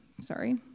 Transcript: sorry